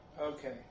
Okay